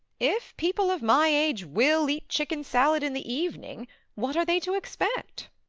if people of my age will eat chicken-salad in the evening what are they to expect?